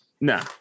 no